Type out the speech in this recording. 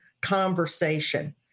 conversation